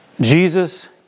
Jesus